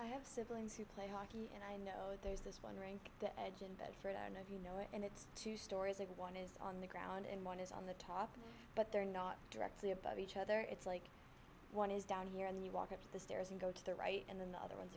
i have siblings who play hockey and i know there's this one rink the edge and that's right and if you know and it's two stories and one is on the ground and one is on the top but they're not directly above each other it's like one is down here and you walk up the stairs and go to the right and then the other ones